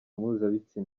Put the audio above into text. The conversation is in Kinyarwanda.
mpuzabitsina